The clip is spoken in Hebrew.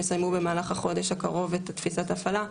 יסיימו במהלך החודש האחרון את תפיסת ההפעלה,